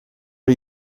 are